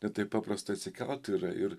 ne taip paprasta atsikelt ir ir